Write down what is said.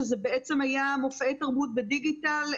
שזה בעצם היה מופעי תרבות בדיגיטל,